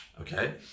okay